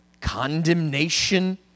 condemnation